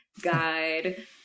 guide